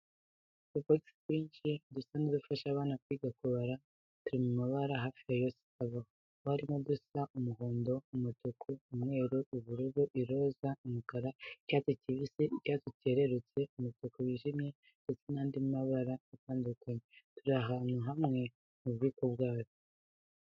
Utubogisi twinshi dusa n'udufasha abana kwiga kubara turi mu mbabara hafi yose abaho, aho harimo udusa umuhondo, umutuku, umweru, ubururu, iroza, umukara, icyatsi kibisi, icyatsi cyerurutse, umutuku wijimye ndetse n'andi mabara atandukanye. Turi ahantu hamwe mu bubiko bwatwo.